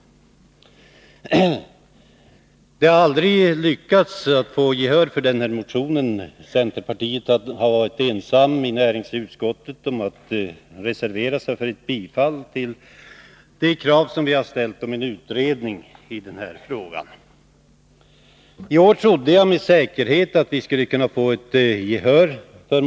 Det har aldrig gått att få gehör för den här motionen. Centerpartisterna har i utskottet varit ensamma om att reservera sig för ett bifall till de krav på en utredning som vi har ställt i den här frågan. Jag var säker på att motionen skulle vinna gehör i år.